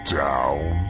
down